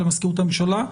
למזכירות הממשלה.